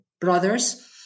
brothers